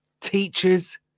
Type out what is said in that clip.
teachers